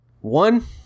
one